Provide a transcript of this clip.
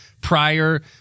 prior